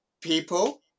people